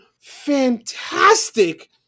fantastic